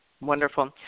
Wonderful